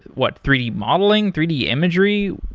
what? three d modeling? three d imagery?